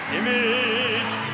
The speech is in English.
image